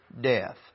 death